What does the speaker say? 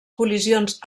col·lisions